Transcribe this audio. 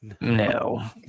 No